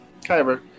Kyber